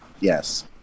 Yes